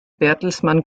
bertelsmann